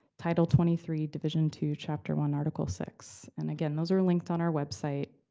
title twenty three division two, chapter one, article six. and again, those are linked on our website.